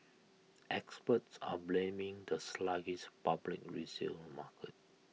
experts are blaming the sluggish public resale market